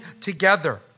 together